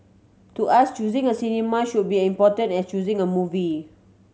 to us choosing a cinema should be important as choosing a movie